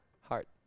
heart